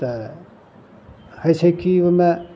तऽ होइ छै की ओइमे